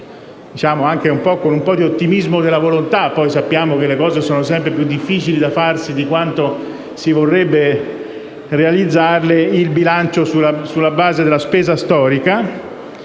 con un po' di ottimismo della volontà (poi sappiamo che le cose sono sempre più difficili da farsi di quanto si vorrebbe realizzare), il bilancio sulla base della spesa storica;